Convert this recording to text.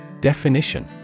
Definition